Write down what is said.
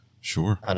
Sure